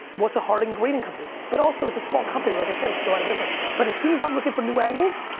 what's a hardin grading company? but also, it's a small company, like i said, it could go out of business but as soon as i'm looking for new angles,